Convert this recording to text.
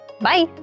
Bye